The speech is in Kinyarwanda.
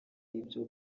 ibyo